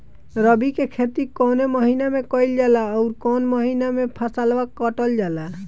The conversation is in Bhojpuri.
रबी की खेती कौने महिने में कइल जाला अउर कौन् महीना में फसलवा कटल जाला?